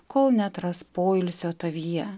kol neatras poilsio tavyje